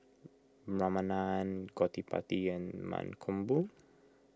Ramanand Gottipati and Mankombu